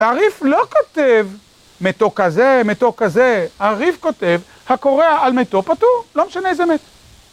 הריף לא כותב מתו כזה, מתו כזה, הריף כותב, הקורא על מתו פטור, לא משנה איזה מת.